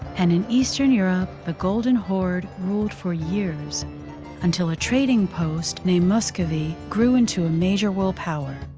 and in eastern europe, the golden horde ruled for years until a trading post named muscovy grew into a major world power.